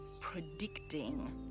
predicting